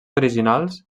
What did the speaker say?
originals